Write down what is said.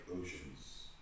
oceans